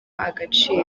agaciro